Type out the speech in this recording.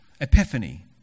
epiphany